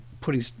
putting